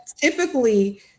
typically